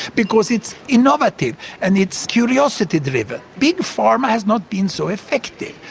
because it's innovative and it's curiosity driven. big pharma has not been so effective,